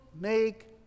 make